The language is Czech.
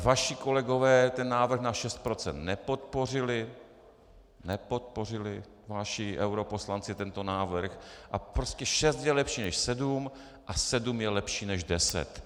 Vaši kolegové návrh na 6 % nepodpořili, nepodpořili naši europoslanci tento návrh, a prostě šest je lepší než sedm a sedm je lepší než deset.